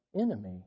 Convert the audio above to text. enemy